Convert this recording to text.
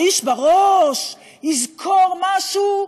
האיש בראש יזכור משהו,